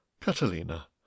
Catalina